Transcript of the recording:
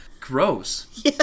Gross